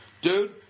dude